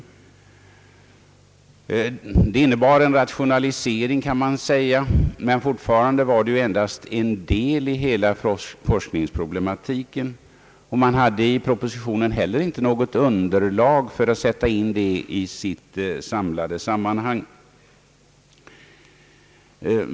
Detta beslut innebar, kan man säga, en rationalisering, men det gällde fortfarande endast en del inom hela forskningsproblematiken. Man hade i propositionen inte heller något underlag för att sätta in frågan i sitt samlade sammanhang.